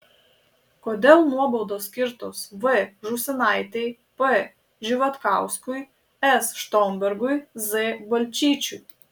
kodėl nuobaudos skirtos v žūsinaitei p živatkauskui s štombergui z balčyčiui